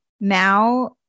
now